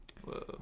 Whoa